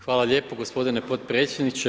Hvala lijepa gospodine potpredsjedniče.